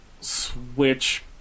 switch